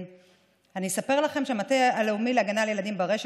אני אספר לכם שהמטה הלאומי להגנה לילדים ברשת,